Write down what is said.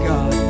God